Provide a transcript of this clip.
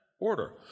order